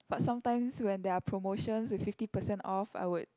but sometimes when there are promotions with fifty percent off I would